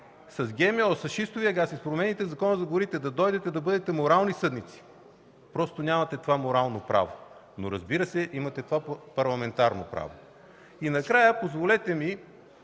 с ГМО, с шистовия газ и с промените в Закона за горите да дойдете и да бъдете морални съдници – просто нямате това морално право, но, разбира се, имате това парламентарно право. И накрая, позволете ми